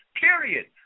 Period